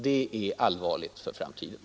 Det är allvarligt för framtiden.